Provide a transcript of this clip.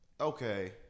okay